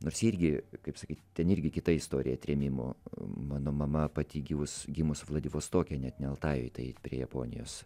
nors irgi kaip sakyti ten irgi kita istorija trėmimo mano mama pati gyvus gimus vladivostoke net ne altajuj tai prie japonijos